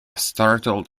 startled